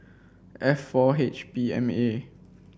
F four H B M A